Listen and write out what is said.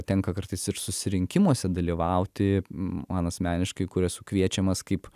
tenka kartais ir susirinkimuose dalyvauti man asmeniškai kur esu kviečiamas kaip